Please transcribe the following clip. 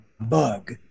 bug